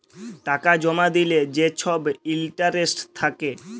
টাকা জমা দিলে যে ছব ইলটারেস্ট থ্যাকে